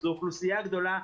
זאת אוכלוסייה גדולה,